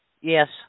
Yes